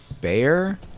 bear